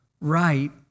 right